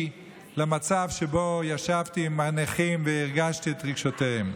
למצב שבו ישבתי עם הנכים והרגשתי את רגשותיהם.